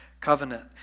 covenant